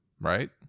right